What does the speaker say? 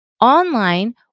Online